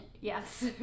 Yes